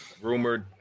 Rumored